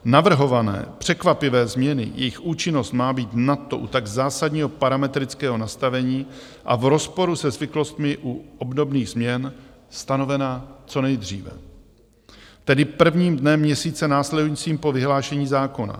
Navrhované, překvapivé změny, jejich účinnost má být nadto u tak zásadního parametrického nastavení a v rozporu se zvyklostmi u obdobných změn stanovena co nejdříve, tedy prvním dnem měsíce následujícího po vyhlášení zákona.